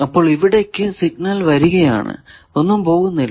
അപ്പോൾ ഇവിടേയ്ക്ക് സിഗ്നൽ വരികയാണ് ഒന്നും പോകുന്നില്ല